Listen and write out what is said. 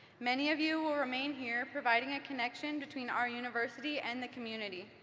many of you will remain here providing a connection between our university and the community.